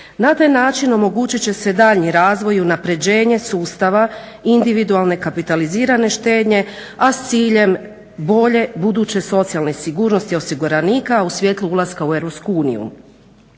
Na taj način omogućit će se daljnji razvoj i unapređenje sustava individualne kapitalizirane štednje, a s ciljem bolje buduće socijalne sigurnosti osiguranika u svjetlu ulaska u EU. Ovim